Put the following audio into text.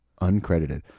Uncredited